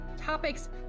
topics